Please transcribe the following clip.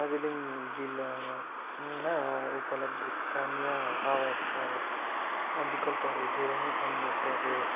दार्जिलिङ जिल्ला मा उपलब्ध स्थानीय आवास अब विकल्पहरू धेरै नै छन् जस्तै अब